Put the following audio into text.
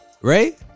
Right